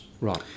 Right